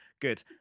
good